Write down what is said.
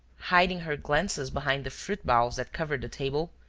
hiding her glances behind the fruit-bowls that covered the table,